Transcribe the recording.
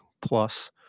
plus